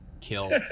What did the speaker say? kill